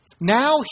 Now